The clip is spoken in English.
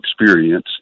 experience